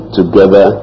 together